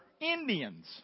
Indians